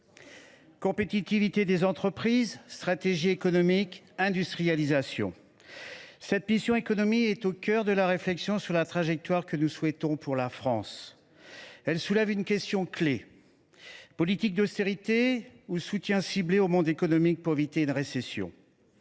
Compétitivité des entreprises, stratégie économique, industrialisation : cette mission « Économie » est au cœur de la réflexion sur la trajectoire que nous souhaitons pour la France. Elle soulève une question clé : politique d’austérité ou soutien ciblé au monde économique pour éviter une récession ?